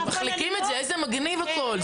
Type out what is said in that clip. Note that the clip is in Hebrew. מחליקים את זה איזה מגניב הכול.